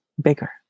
bigger